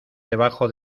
debajo